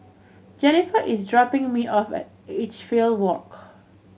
Jennifer is dropping me off at Edgefield Walk